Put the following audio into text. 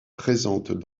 présentes